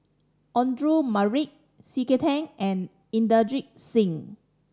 Audra Morrice C K Tang and Inderjit Singh